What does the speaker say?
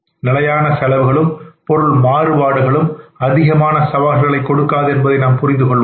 நிலையான செலவுகளும் பொருள் மாறுபாடுகளும் அதிகமான சவால்களை கொடுக்காது என்பதை நாம் புரிந்து கொள்வோம்